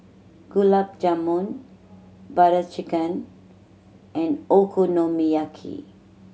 Gulab Jamun Butter Chicken and Okonomiyaki